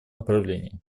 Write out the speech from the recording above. направлении